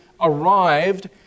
arrived